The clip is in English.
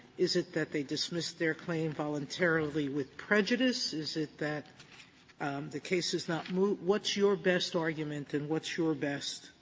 is it that they dismissed their claim voluntarily with prejudice? is it that the case is not moot? what's your best argument and what's your best